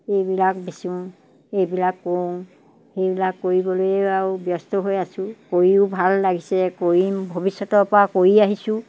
এইবিলাক বেচোঁ এইবিলাক কৰোঁ সেইবিলাক কৰিবলৈ আৰু ব্যস্ত হৈ আছোঁ কৰিও ভাল লাগিছে কৰি ভৱিষ্যতৰ পৰা কৰি আহিছোঁ